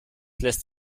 lässt